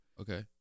Okay